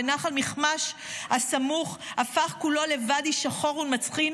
ונחל מכמש הסמוך הפך כולו לוואדי שחור ומצחין